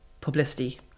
publicity